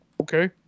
okay